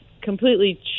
completely